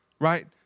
right